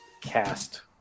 cast